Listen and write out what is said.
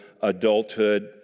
adulthood